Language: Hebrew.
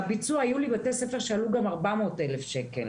היו בתי ספר שהביצוע עלה בהם גם 400,000 שקל.